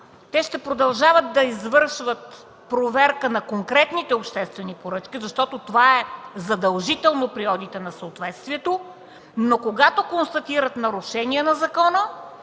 ще продължават да извършват проверка на конкретните обществени поръчки, защото това е задължително при одита на съответствието, но когато констатират нарушения на закона,